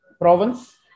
province